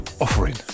offering